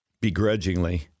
begrudgingly